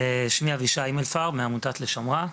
שמי אבישי הימלפרב מעמותת לשומרה,